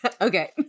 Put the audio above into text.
Okay